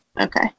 Okay